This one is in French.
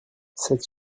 cette